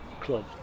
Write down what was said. club